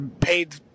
paid